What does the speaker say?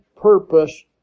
purpose